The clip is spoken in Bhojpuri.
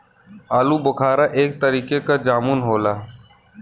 आलूबोखारा एक तरीके क जामुन होला